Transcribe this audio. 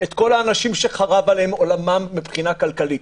את כל האנשים שחרב עליהם עולמם מבחינה כלכלית.